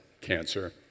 cancer